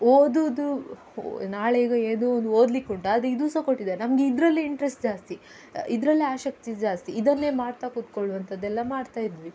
ಓದೋದು ಒ ನಾಳೆ ಈಗ ಏನೋ ಒಂದು ಓದ್ಲಿಕ್ಕುಂಟು ಆದರೆ ಇದು ಸಹ ಕೊಟ್ಟಿದ್ದಾರೆ ನಮಗೆ ಇದರಲ್ಲಿ ಇಂಟ್ರೆಸ್ಟ್ ಜಾಸ್ತಿ ಇದರಲ್ಲೆ ಆಸಕ್ತಿ ಜಾಸ್ತಿ ಇದನ್ನೇ ಮಾಡ್ತಾ ಕೂತ್ಕೊಳ್ಳುವಂಥದ್ದೆಲ್ಲ ಮಾಡ್ತಾಯಿದ್ವಿ